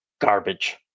garbage